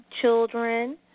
children